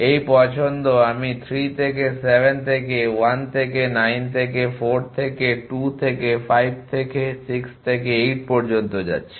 এই পছন্দ আমি 3 থেকে 7 থেকে 1 থেকে 9 থেকে 4 থেকে 2 থেকে 5 থেকে 6 থেকে 8 পর্যন্ত যাচ্ছি